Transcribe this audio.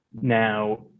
Now